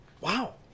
wow